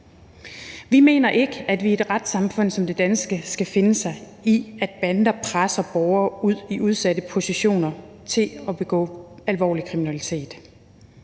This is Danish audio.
Vi mener ikke, at vi i et retssamfund som det danske skal finde os i, at bander presser borgere i udsatte positioner til at begå alvorlig kriminalitet.